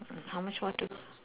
how much more to go